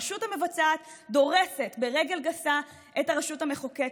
הרשות המבצעת דורסת ברגל גסה את הרשות המחוקקת.